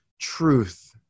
truth